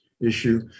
issue